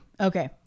okay